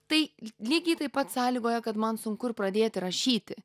tai lygiai taip pat sąlygoja kad man sunku ir pradėti rašyti